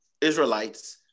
israelites